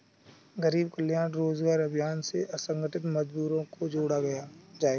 गरीब कल्याण रोजगार अभियान से असंगठित मजदूरों को जोड़ा जायेगा